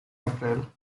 april